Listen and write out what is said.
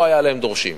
לא היו להם דורשים.